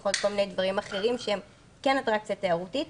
יכול להיות כל מיני דברים אחרים שהם כן אטרקציה תיירותית,